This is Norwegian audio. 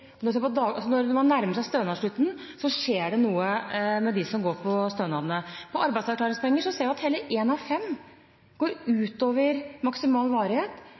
når man nærmer seg stønadsslutten, det skjer noe med dem som går på stønadene. Når det gjelder arbeidsavklaringspenger, ser vi at hele én av fem går ut over maksimal varighet